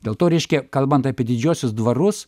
dėl to reiškia kalbant apie didžiuosius dvarus